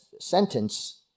sentence